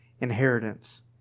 inheritance